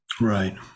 Right